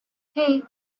hey